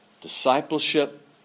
discipleship